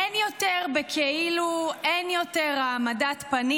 אין יותר בכאילו, אין יותר העמדת פנים.